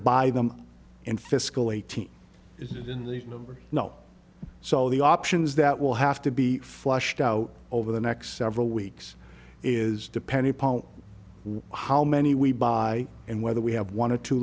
buy them in fiscal eighteen is it in the memory no so the options that will have to be flushed out over the next several weeks is depending upon how many we buy and whether we have one or two